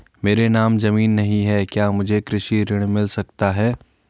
मेरे नाम ज़मीन नहीं है क्या मुझे कृषि ऋण मिल सकता है?